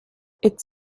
its